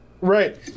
Right